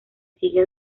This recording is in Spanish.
sigue